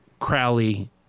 Crowley